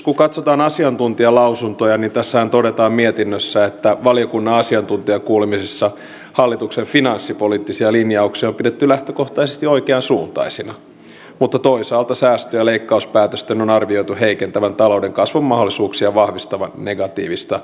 kun katsotaan asiantuntijalausuntoja niin tässä mietinnössähän todetaan että valiokunnan asiantuntijakuulemisessa hallituksen finanssipoliittisia linjauksia on pidetty lähtökohtaisesti oikeansuuntaisina mutta toisaalta säästö ja leikkauspäätösten on arvioitu heikentävän talouden kasvun mahdollisuuksia ja vahvistavan negatiivista kierrettä